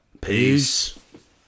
Peace